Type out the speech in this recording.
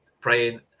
praying